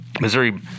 Missouri